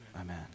Amen